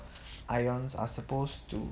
ions are supposed to